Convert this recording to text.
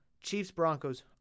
Chiefs-Broncos